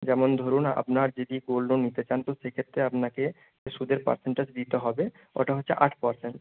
যেমন ধরুন আপনার যদি গোল্ড লোন নিতে চান তো সেক্ষেত্রে আপনাকে যে সুদের পার্সেন্টেজ দিতে হবে ওটা হচ্ছে আট পার্সেন্ট